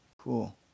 cool